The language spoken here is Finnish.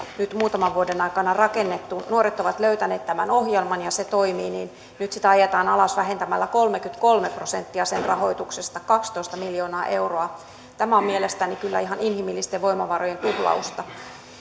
nyt muutaman vuoden aikana rakennettu nuoret ovat löytäneet tämän ohjelman ja se toimii niin nyt sitä ajetaan alas vähentämällä kolmekymmentäkolme prosenttia sen rahoituksesta kaksitoista miljoonaa euroa tämä on mielestäni kyllä ihan inhimillisten voimavarojen tuhlausta